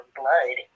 blood